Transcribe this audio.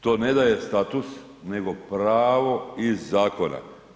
To ne da je status nego pravo iz zakona.